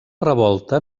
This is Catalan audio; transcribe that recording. revolta